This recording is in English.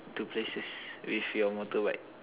to places with your motorbike